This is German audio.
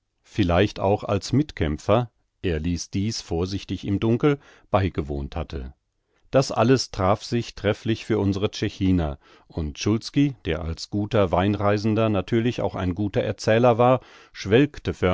vielleicht auch als mitkämpfer er ließ dies vorsichtig im dunkel beigewohnt hatte das alles traf sich trefflich für unsere tschechiner und szulski der als guter weinreisender natürlich auch ein guter erzähler war schwelgte